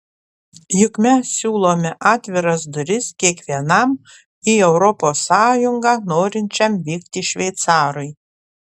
juk mes siūlome atviras duris kiekvienam į europos sąjungą norinčiam vykti šveicarui